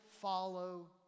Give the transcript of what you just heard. follow